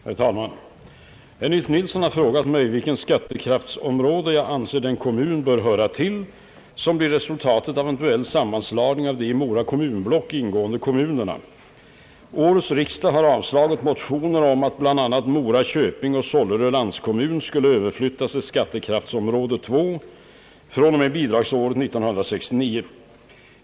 Herr talman! Herr Nils Nilsson har frågat mig, vilket skattekraftsområde jag anser den kommun bör höra till, som blir resultatet av en eventuell sammanslagning av de i Mora kommunblock ingående kommunerna. Årets riksdag har avslagit motioner om att bl.a. Mora köping och Solleröns landskommun skall överflyttas till skattekraftsområde 2 fr.o.m. bidragsåret 1969.